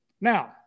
Now